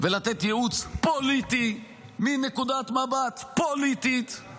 ולתת ייעוץ פוליטי מנקודת מבט פוליטית,